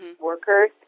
Workers